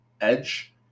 Edge